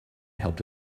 helped